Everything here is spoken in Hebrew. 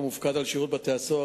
המופקד על שירות בתי-הסוהר,